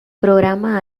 programa